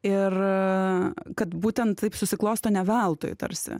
ir kad būtent taip susiklosto ne veltui tarsi